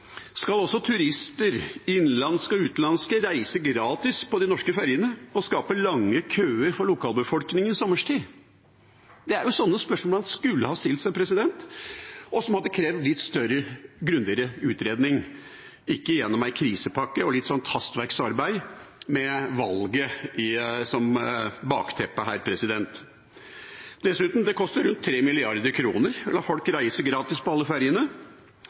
Skal også turister, innenlandske og utenlandske, reise gratis på de norske ferjene og skape lange køer for lokalbefolkningen sommerstid? Det er jo sånne spørsmål en skulle ha stilt seg, og som hadde krevd litt større, grundigere utredning, ikke gjennom en krisepakke og litt sånt hastverksarbeid med valget som bakteppe. Dessuten: Det koster rundt 3 mrd. kr å la folk reise gratis på alle ferjene.